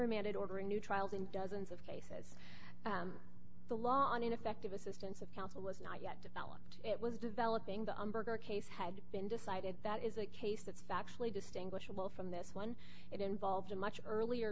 remanded ordering new trials in dozens of cases the law on ineffective assistance of counsel was not yet developed it was developing the umberger case had been decided that is a case that's actually distinguishable from this one it involved a much earlier